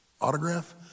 Autograph